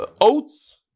oats